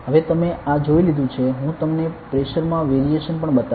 હવે તમે આ જોઈ લીધું છે હું તમને પ્રેશર માં વેરીએશન પણ બતાવીશ